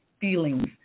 feelings